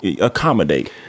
accommodate